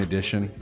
Edition